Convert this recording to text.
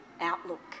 outlook